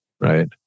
right